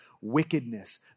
wickedness